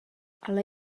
ale